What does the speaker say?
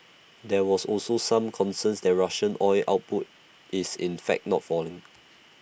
there was also some concern that Russian oil output is in fact not falling